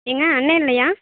ஏங்க அண்ணா இல்லையா